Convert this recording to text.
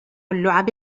اللعب